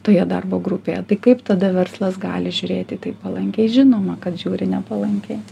toje darbo grupėje tai kaip tada verslas gali žiūrėti į tai palankiai žinoma kad žiūri nepalankiai